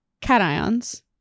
cations